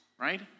right